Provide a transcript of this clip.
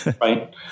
Right